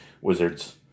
Wizards